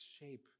shape